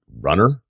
runner